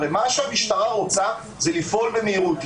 הרי מה שהמשטרה רוצה זה לפעול במהירות,